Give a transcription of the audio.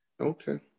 Okay